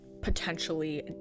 potentially